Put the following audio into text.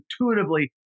intuitively